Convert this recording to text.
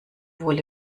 wohl